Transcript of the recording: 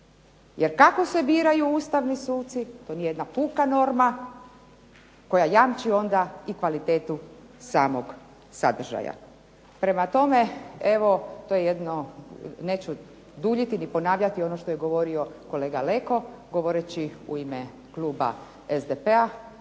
Jer kako se biraju ustavni suci to nije jedna puka norma koja jamči onda i kvalitetu samog sadržaj. Prema tome, evo to je jedno neću duljiti ni ponavljati ono što je govorio kolega Leko govoreći u ime kluba SDP-a